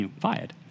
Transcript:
fired